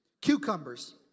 Cucumbers